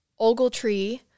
Ogletree